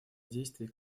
действий